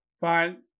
fine